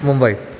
Mumbai